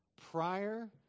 prior